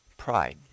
Pride